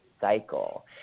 cycle